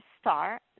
star